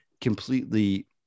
completely